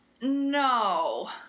no